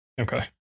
Okay